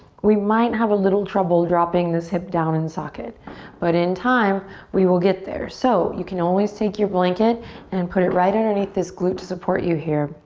we might have a little trouble dropping this hip down in socket but in time we will get there. so you can always take your blanket and put it right underneath this glute to support you here